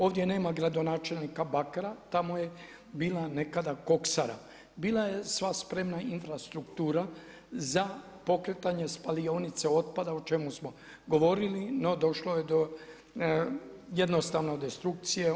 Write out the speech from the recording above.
Ovdje nema gradonačelnika Bakra, tamo je bila nekada koksara, bila je sva spremna infrastruktura za pokretanje spalionice otpada o čemu smo govorili, no došlo je jednostavno do destrukcije.